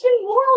Moral